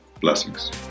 Blessings